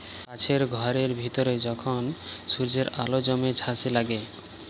কাছের ঘরের ভিতরে যখল সূর্যের আল জ্যমে ছাসে লাগে